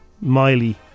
Miley